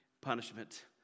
Punishment